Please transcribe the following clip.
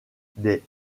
des